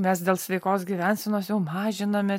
mes dėl sveikos gyvensenos jau mažiname